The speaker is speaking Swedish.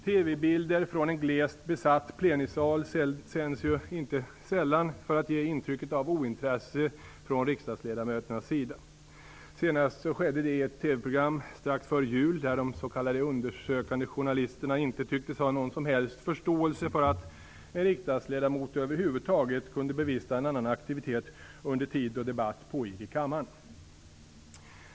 TV-bilder från en glest besatt plenisal sänds ju inte sällan för att ge intrycket av ointresse från riksdagsledamöternas sida. Detta skedde senast i ett TV program strax före jul där de s.k. undersökande journalisterna inte tycktes ha någon som helst förståelse för att en riksdagsledamot över huvud taget kunde bevista någon annan aktivitet under den tid då debatt pågick i kammaren.